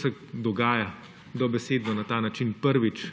se dogaja dobesedno na ta način prvič,